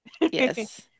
yes